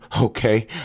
Okay